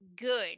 good